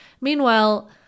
Meanwhile